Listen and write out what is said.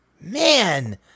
Man